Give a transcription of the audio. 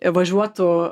ir važiuotų